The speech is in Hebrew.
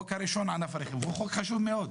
הצעת החוק הראשונה על ענף הרכב היא הצעת חוק חשובה מאוד,